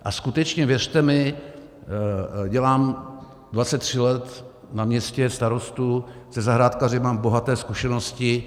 A skutečně, věřte mi, dělám dvacet tři let na městě starostu, se zahrádkáři mám bohaté zkušenosti.